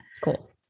cool